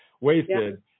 wasted